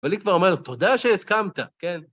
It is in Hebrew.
אבל היא כבר אמרה לו, תודה שהסכמת, כן.